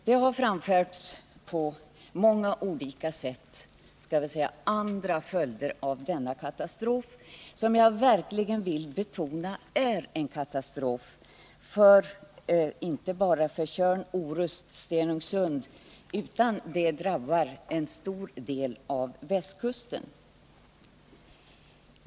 Det har på många olika sätt framförts att denna katastrof — som jag verkligen vill betona är en katastrof — fått följder inte bara för öarna Tjörn, Orust och Stenungsund utan också drabbar en stor del av västkusten.